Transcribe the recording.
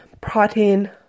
protein